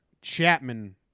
Chapman